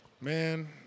Man